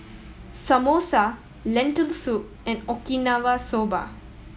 Samosa Lentil Soup and Okinawa Soba